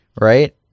right